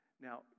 Now